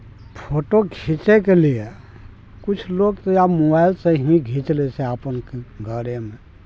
photo खीचैके लिए किछु लोक तऽ या मोबाइल से ही घीच लै छै अपन घरेमे